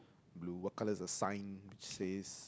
blue what colour is the sign says